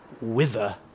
wither